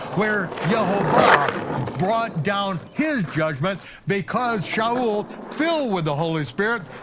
where yahovah brought down his judgment because shaul, filled with the holy spirit,